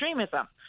extremism